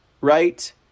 right